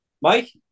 Mike